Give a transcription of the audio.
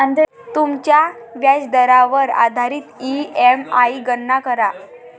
तुमच्या व्याजदरावर आधारित ई.एम.आई गणना करा